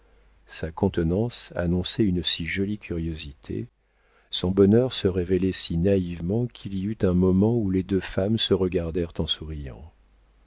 sa contenance annonçait une si jolie curiosité son bonheur se révélait si naïvement qu'il y eut un moment où les deux femmes se regardèrent en souriant